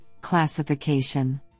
classification